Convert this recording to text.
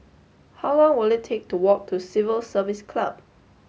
how long will it take to walk to Civil Service Club